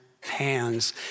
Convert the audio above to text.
hands